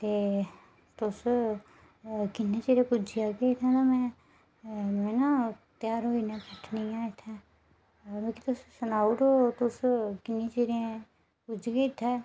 ते तुस किन्नी चिरें पुज्जी जाह्गे में ना त्यार होइयै बैठनियां इत्थै मिगी तुस सनाई ओड़ो तुस किन्ने चिरें पुजगे इत्थै